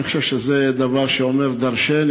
אני חושב שזה דבר שאומר דורשני.